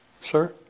sir